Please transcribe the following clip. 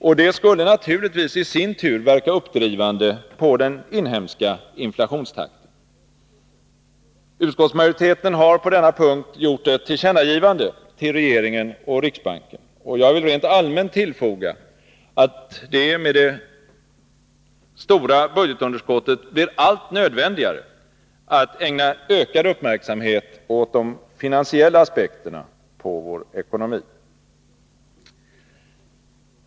Och det skulle naturligtvis i sin tur verka uppdrivande på den inhemska inflationstakten. Utskottsmajoriteten har på denna punkt gjort ett tillkännagivande till regeringen och riksbanken. Jag vill rent allmänt tillfoga att det med det stora budgetunderskottet blir allt nödvändigare att ägna ökad uppmärksamhet åt de finansiella aspekterna på vår ekonomi.